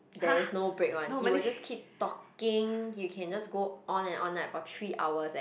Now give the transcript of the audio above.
there is no break one he will just keep talking he can just go on and on like for three hours eh